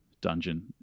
dungeon